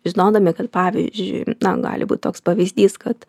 žinodami kad pavyzdžiui na gali būt toks pavyzdys kad